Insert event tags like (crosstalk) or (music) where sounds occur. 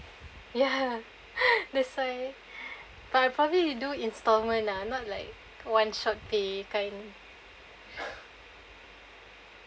ya ya (laughs) that's why but I'll probably do instalment ah not like when one short pay kind (laughs)